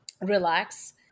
relax